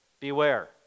beware